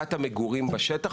סוגיית המגורים בשטח,